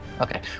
okay